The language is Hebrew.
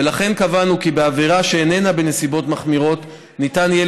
ולכן קבענו כי בעבירה שאיננה בנסיבות מחמירות ניתן יהיה